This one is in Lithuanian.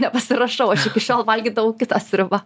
nepasirašau aš iki šiol valgydavau kitą sriubą